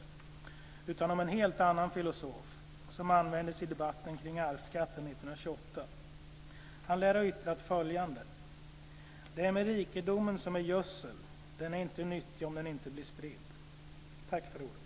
Det handlar om en helt annan filosof, som användes i debatten kring arvsskatten 1928. Han lär ha yttrat följande: "Det är med rikedomen som med gödsel, den är inte nyttig, om den inte blir spridd." Tack för ordet!